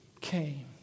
came